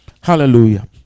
Hallelujah